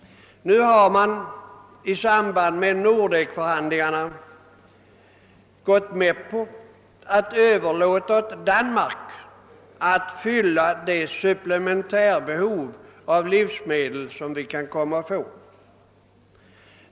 Nu har man i samband med Nordekförhandlingarna gått med på att överlåta åt Danmark att fylla det supplementärbehov av livsmedel som vi kan komma att få.